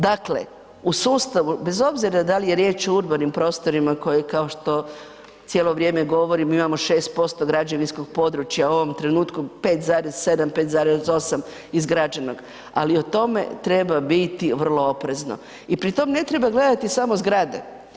Dakle, u sustavu, bez obzira da li je riječ o urbanim prostorima koje, kao što cijelo vrijeme govorimo, imamo 6% građevinskog područja u ovome trenutku, 5,7, 5,8 izgrađenog, ali o tome treba biti vrlo oprezno i pri tom ne treba gledati samo zgrade.